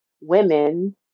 women